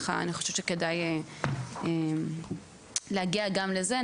ככה אני חושבת שכדאי להגיע גם לזה.